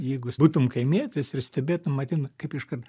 jeigu būtum kaimietis ir stebėtum matytum kaip iškart